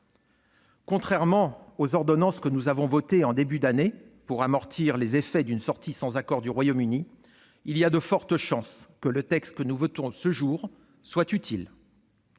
Contrairement aux ordonnances que nous avons votées en début d'année pour amortir les effets d'une sortie sans accord du Royaume-Uni, il y a de fortes chances que le texte que nous votons aujourd'hui soit utile.